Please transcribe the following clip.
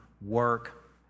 work